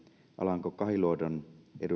alanko kahiluodon